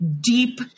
deep